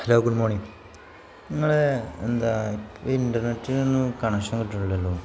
hello good morning നിങ്ങളെ എന്താ ഈ ഇൻ്റർനെറ്റിൽ നിന്ന് കണക്ഷൻ കിട്ടുന്നില്ലല്ലോ